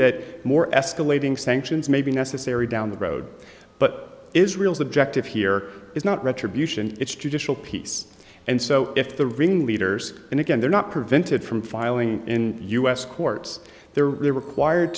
that more escalating sanctions may be necessary down the road but israel's objective here is not retribution it's judicial peace and so if the ringleaders and again they're not prevented from filing in u s courts they're required